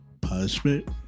punishment